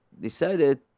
decided